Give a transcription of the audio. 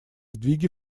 сдвиги